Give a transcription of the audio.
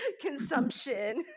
consumption